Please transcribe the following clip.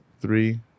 three